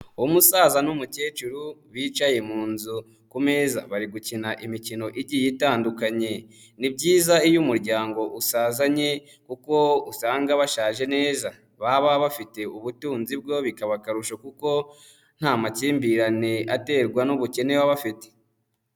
Umusaza n'umukecuru bicaye mu nzu ku meza barigukina imikino igiye itandukanye. Ni ibyiza iyo umuryango usazanye kuko usanga bashaje neza baba bafite ubutunzi bwo bikaba akarusho kuko nta makimbirane aterwa n'ubukene baba bafite.